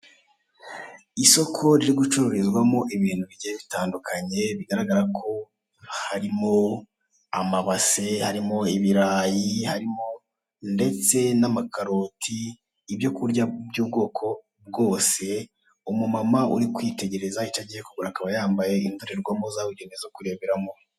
Isoko ririmo gucururizwamo ibiribwa bitandukanye, birimo ibirayi, karoti, imboga n'ibindi. Umugore ukuze yambaye amadarobindi ndetse n'igitambaro mu mutwe, arasa n'aho ari we uri gucuruza. Hirya ye hari abandi basore babiri.